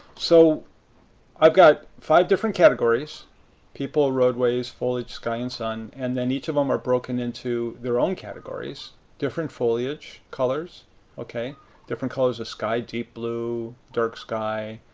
so i've got five different categories people, roadways, foliage, sky, and sun. and then, each of them are broken into their own categories different foliage colors different colors of sky deep blue, dark sky,